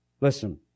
listen